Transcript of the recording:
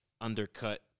undercut